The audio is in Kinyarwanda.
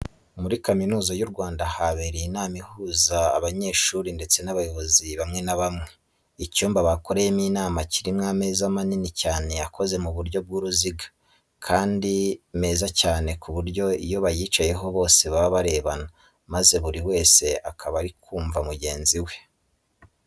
Muri kaminuza y'u Rwanda habereye inama ihuza abanyeshuri ndetse n'abayobozi bamwe na bamwe. Icyumba bakoreyemo inama kirimo ameza manini cyane akoze mu buryo bw'uruziga kandi meza cyane ku buryo iyo bayicayeho bose baba barebana maze buri wese akaba ari kumva mugenzi we.